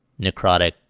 necrotic